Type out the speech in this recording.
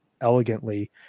elegantly